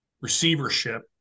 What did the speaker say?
receivership